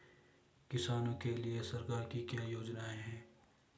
किसानों के लिए सरकार की क्या योजनाएं हैं?